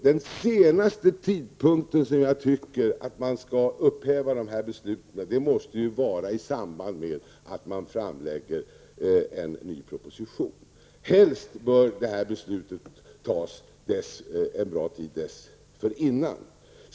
Den senaste tidpunkten för upphävande av besluten måste vara, anser jag, i samband med att man framlägger en ny proposition. Helst bör beslutet tas långt dessförinnan.